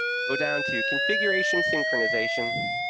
we'll go down to configuration synchronization,